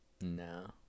No